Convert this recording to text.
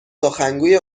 سخنگوی